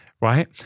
right